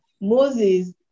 Moses